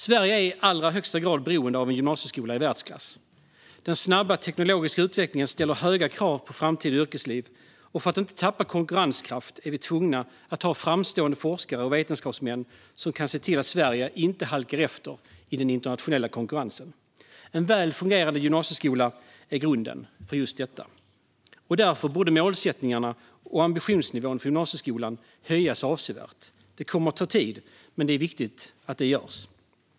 Sverige är i allra högsta grad beroende av en gymnasieskola i världsklass. Den snabba teknologiska utvecklingen ställer höga krav på framtida yrkesliv. För att inte tappa konkurrenskraft är vi tvungna att ha framstående forskare och vetenskapsmän som kan se till att Sverige inte halkar efter i den internationella konkurrensen. En väl fungerande gymnasieskola är grunden för just detta. Därför borde målsättningarna och ambitionsnivån för gymnasieskolan höjas avsevärt. Det kommer att ta tid, men det är viktigt att det görs.